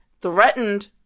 threatened